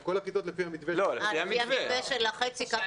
את כל הכיתות לפי המתווה שצוין.